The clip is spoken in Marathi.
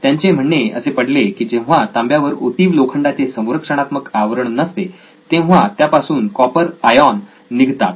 त्यांचे म्हणणे असे पडले की जेव्हा तांब्यावर ओतीव लोखंडाचे संरक्षणात्मक आवरण नसते तेव्हा त्यातून कॉपर आयॉन निघतात